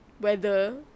Weather